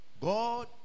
God